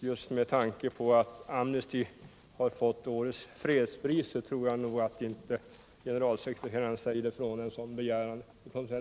Just med tanke på att Amnesty International fått årets fredspris tror jag inte generalsekreteraren säger nej till en sådan begäran.